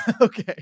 Okay